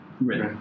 Right